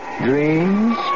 dreams